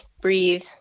breathe